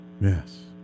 yes